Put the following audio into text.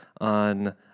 on